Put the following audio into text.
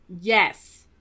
Yes